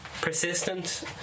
Persistent